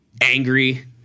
angry